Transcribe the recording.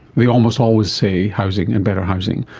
they almost always say housing and better housing.